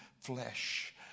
flesh